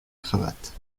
cravate